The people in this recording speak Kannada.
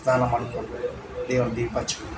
ಸ್ನಾನ ಮಾಡಿಕೊಂಡು ದೇವರ ದೀಪ ಹಚ್ಬೇಕು